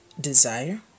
desire